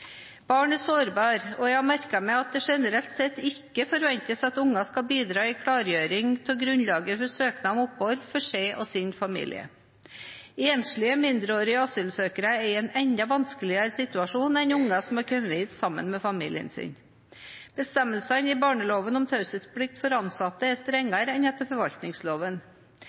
Barn er sårbare, og jeg har merket meg at det generelt sett ikke forventes at unger skal bidra i klargjøring av grunnlaget for søknad om opphold for seg og sin familie. Enslige mindreårige asylsøkere er i en enda vanskeligere situasjon enn unger som har kommet hit sammen med familien sin. Bestemmelsene i barneloven om taushetsplikt for ansatte er strengere enn etter forvaltningsloven.